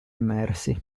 immersi